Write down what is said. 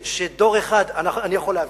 אני יכול להבין.